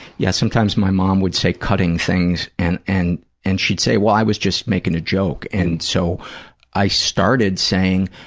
yeah. sometimes my mom would say cutting things and and and she'd say, well, i was just making a joke, and so i started saying,